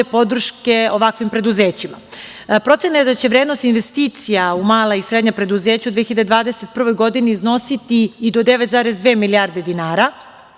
podrške ovakvim preduzećima. Procena je da će vrednost investicija u mala i srednja preduzeća u 2021. godini iznositi i do 9,2 milijarde dinara